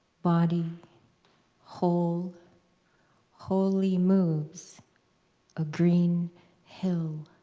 body whole wholly moves a green hill